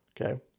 Okay